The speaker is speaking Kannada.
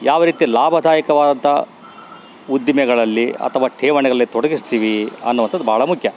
ಯಾವ ರೀತಿ ಲಾಭದಾಯಕವಾದಂಥ ಉದ್ದಿಮೆಗಳಲ್ಲಿ ಅಥವಾ ಠೇವಣಿಯಲ್ಲಿ ತೊಡಗಿಸ್ತೀವಿ ಅನ್ನುವಂಥದ್ದು ಭಾಳ ಮುಖ್ಯ